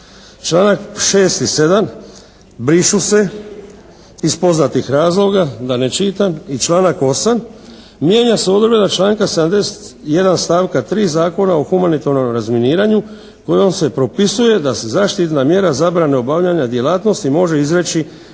Članak 6. i 7. brišu se iz poznatih razloga, da ne čitam. I članak 8. mijenja se odredba članka 71. stavka 3. Zakona o humanitarnom razminiranju kojoj se propisuje da se zaštitna mjera zabrane obavljanja djelatnosti može izreći